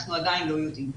אנחנו עדיין לא יודעים.